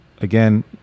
again